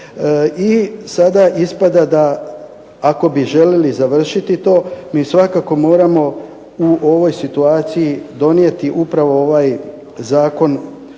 I sada ispada ako bi željeli završiti to mi svakako moramo u ovoj situaciji donijeti upravo ovaj Zakon